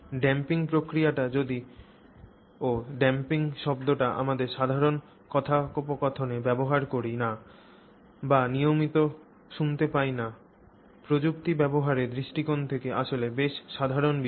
damping প্রক্রিয়াটি যদিও damping শব্দটি আমরা সাধারণ কথোপকথনে ব্যবহার করি না বা নিয়মিতভাবে শুনতে পাই না প্রযুক্তি ব্যবহারের দৃষ্টিকোণ থেকে আসলে বেশ সাধারণ বিষয়